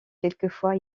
quelquefois